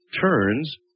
turns